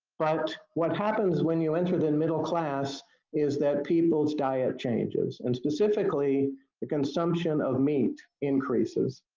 but, what happens when you enter the middle class is that people's diet changes, and specifically the consumption of meat increases.